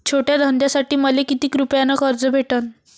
छोट्या धंद्यासाठी मले कितीक रुपयानं कर्ज भेटन?